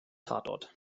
tatort